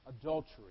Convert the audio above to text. adultery